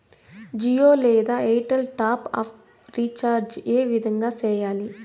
జియో లేదా Airtel top up recharge ఏ విధంగా సేయాలి